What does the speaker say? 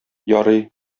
ярый